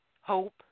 hope